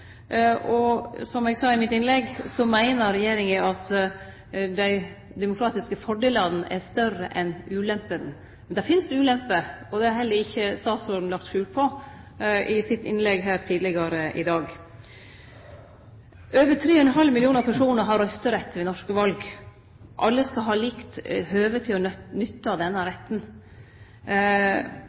Som eg sa i mitt innlegg, meiner regjeringa at dei demokratiske fordelane er større enn ulempene. Det finst ulemper, og det har heller ikkje statsråden lagt skjul på i sitt innlegg tidlegare i dag. Over 3,5 millionar personar har røysterett ved norske val. Alle skal ha likt høve til å nytte denne retten.